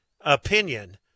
opinion